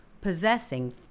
possessing